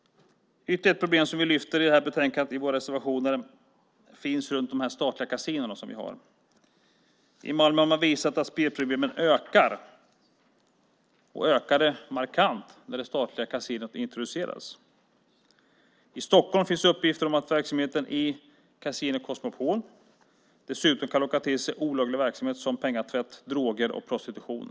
Ett annat problem som vi lyfter fram i våra reservationer är statliga kasinon. I Malmö ökade spelproblemen markant när det statliga kasinot introducerades. I Stockholm finns uppgifter om att verksamheten på Casino Cosmopol kan locka till sig olaglig verksamhet som pengatvätt, droger och prostitution.